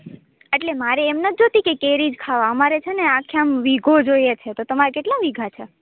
એટલે મારે એમ નથી જોઈતી કંઈ કેરી જ ખાવા અમારે છે ને આખી આમ વીઘો જોઈએ છે તો તમારે કેટલા વીઘા છે